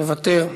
מוותר,